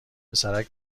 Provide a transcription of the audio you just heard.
پسرک